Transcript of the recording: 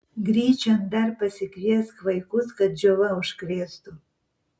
gryčion dar pasikviesk vaikus kad džiova užkrėstų